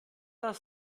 das